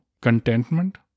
contentment